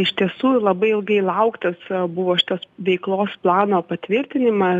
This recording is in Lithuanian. iš tiesų labai ilgai lauktas buvo šitos veiklos plano patvirtinima